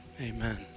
Amen